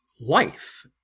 life